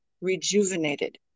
rejuvenated